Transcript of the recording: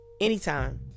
anytime